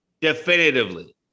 definitively